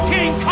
King